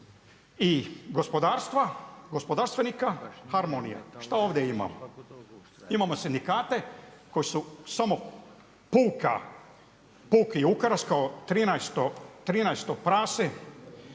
i gospodarstva, gospodarstvenika, harmonija. Šta ovdje imamo? Imamo sindikate koji su samo puki ukras kao 13 prase.